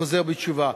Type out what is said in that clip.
חוזר בתשובה.